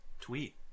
tweet